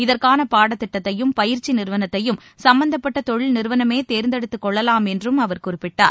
இதற்கான பாடத்திட்டத்தையும் பயிற்சி நிறுவனத்தையும் சும்பந்தப்பட்ட தொழில் நிறுவனமே தேர்ந்தெடுத்துக் கொள்ளலாம் என்றும் அவர் குறிப்பிட்டார்